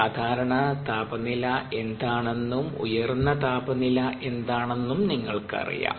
സാധാരണ താപനില എന്താണെന്നും ഉയർന്ന താപനില എന്താണെന്നും നിങ്ങൾക്കറിയാം